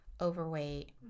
overweight